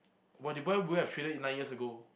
when you buy would you have traded it nine years ago